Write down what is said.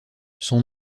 son